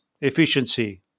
efficiency